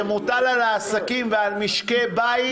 שמוטל על העסקים ועל משקי הבית,